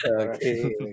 okay